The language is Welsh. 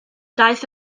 daeth